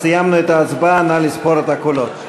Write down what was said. סיימנו את ההצבעה, נא לספור את הקולות.